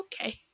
okay